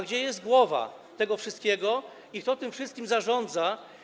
Gdzie jest głowa tego wszystkiego i kto tym wszystkim zarządza?